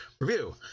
review